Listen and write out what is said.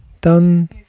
done